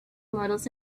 models